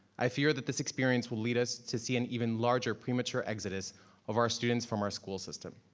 i fear that this experience will lead us to see an even larger premature exodus of our students from our school system.